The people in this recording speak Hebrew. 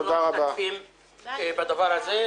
אנחנו לא משתתפים בדבר הזה.